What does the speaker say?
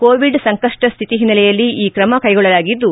Covid ಸಂಕಪ್ಪ ಸ್ಥಿತಿ ಹಿನ್ನೆಲೆಯಲ್ಲಿ ಈ ಕ್ರಮ ಕೈಗೊಳ್ಳಲಾಗಿದ್ದು